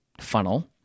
funnel